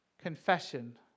confession